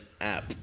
app